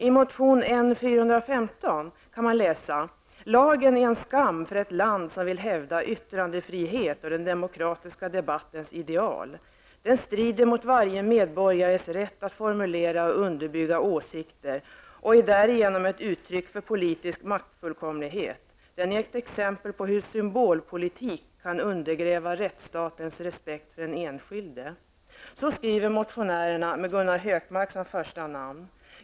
I motion N415 kan man läsa: ''Lagen är en skam för ett land som vill hävda yttrandefrihet och den demokratiska debattens ideal. Den strider mot varje medborgares rätt att formulera och underbygga åsikter och är därigenom ett uttryck för politisk maktfullkomlighet. Den är ett exempel på hur symbolpolitik kan undergräva rättsstatens respekt för den enskilde.'' Så skriver motionärerna, med Gunnar Hökmark som första namn.